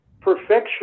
perfection